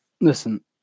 listen